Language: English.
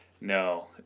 No